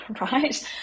right